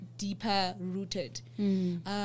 deeper-rooted